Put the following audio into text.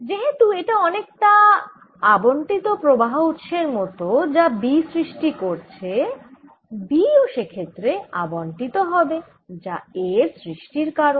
যেহেতু এটা অনেকটা আবণ্টিত প্রবাহ উৎসের মত যা B সৃষ্টি করছে B ও সেক্ষেত্রে আবণ্টিত হবে যা A এর সৃষ্টির কারণ